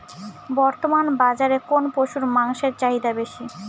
বর্তমান বাজারে কোন পশুর মাংসের চাহিদা বেশি?